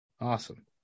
Awesome